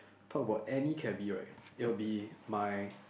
talk about any cabbie right it'll be my